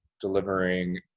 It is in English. delivering